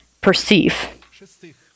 perceive